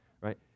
right